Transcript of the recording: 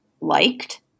liked